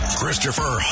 Christopher